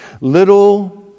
little